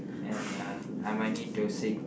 and uh I might need to seek